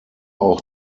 auch